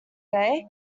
day